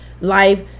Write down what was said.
Life